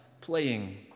playing